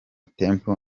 temple